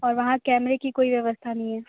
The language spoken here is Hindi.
और वहाँ कैमरे की कोई व्यवस्था नहीं हैं